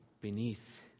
beneath